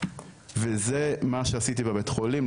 וזה מה שעשיתי בבית החולים,